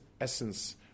essence